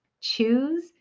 choose